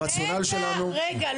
הרציונל שלנו --- רגע, רגע.